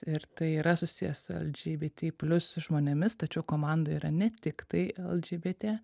ir tai yra susiję su lgbt plius žmonėmis tačiau komandoj yra ne tiktai lgbt